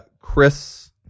Chris